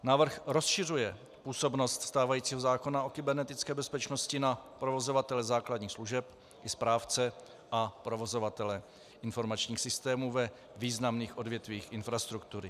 Návrh rozšiřuje působnost stávajícího zákona o kybernetické bezpečnosti na provozovatele základních služeb i správce a provozovatele informačních systémů ve významných odvětvích infrastruktury.